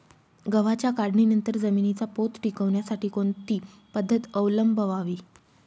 गव्हाच्या काढणीनंतर जमिनीचा पोत टिकवण्यासाठी कोणती पद्धत अवलंबवावी?